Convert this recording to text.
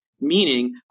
Meaning